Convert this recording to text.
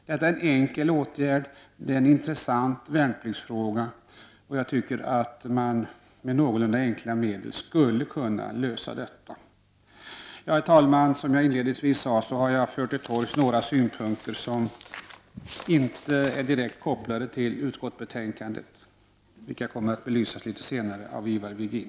Detta är en enkel åtgärd, det är en intressant värnpliktsfråga, och jag tycker att man med någorlunda enkla medel skulle kunna lösa det problemet. Herr talman! Som jag inledningsvis aviserade har jag nu fört till torgs några synpunkter som inte är direkt kopplade till utskottets betänkande. Det kommer senare att belysas av Ivar Virgin.